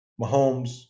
Mahomes